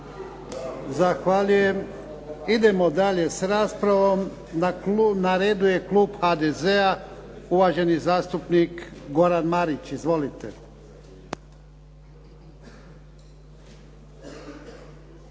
Zahvaljujem. Idemo dalje s raspravom. Na redu je klub HDZ-a, uvaženi zastupnik Goran Marić. Izvolite.